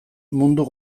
mundu